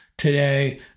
Today